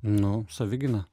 nu savigyna